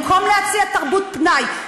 במקום להציע תרבות פנאי,